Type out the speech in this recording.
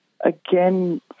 Again